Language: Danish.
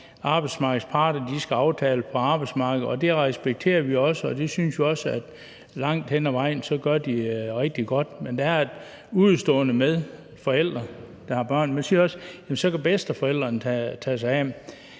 arbejdsmarkedets parter skal aftale det på arbejdsmarkedet, og det respekterer vi også, og det synes vi også at de langt hen ad vejen gør rigtig godt. Men der er et udestående med forældre, der har børn. Man siger også: Jamen så kan bedsteforældrene tage sig af